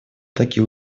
таки